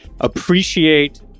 appreciate